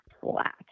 flat